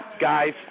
Guys